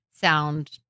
sound